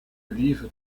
leave